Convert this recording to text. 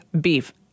beef